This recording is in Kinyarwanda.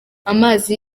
amazi